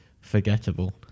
forgettable